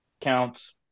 Counts